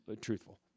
truthful